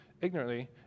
ignorantly